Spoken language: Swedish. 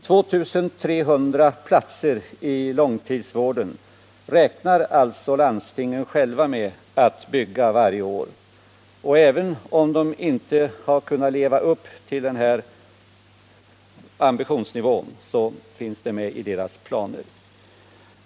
2 300 platser i långtidsvården räknar alltså landstingen själva med att bygga varje år, och även om de inte har kunnat leva upp till den ambitionsnivån finns den med i deras planer.